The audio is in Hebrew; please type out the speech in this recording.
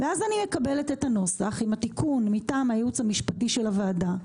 ואז אני מקבלת את הנוסח עם התיקון מטעם הייעוץ המשפטי של הוועדה,